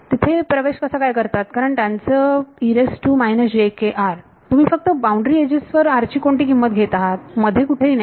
तेथे प्रवेश कसा काय करतात कारण त्याचे तुम्ही फक्त बाउंड्री एजेस वर r ची कोणती किंमत घेत आहात मध्ये कुठेही नाही